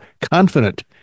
confident